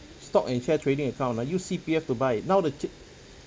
stock and share trading account ah use C_P_F to buy now the tr~